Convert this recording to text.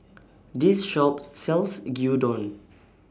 This Shop sells Gyudon